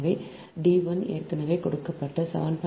எனவே d 1 ஏற்கனவே கொடுக்கப்பட்ட 7